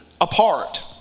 apart